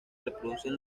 reproducen